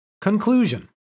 Conclusion